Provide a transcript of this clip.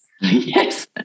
Yes